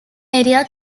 area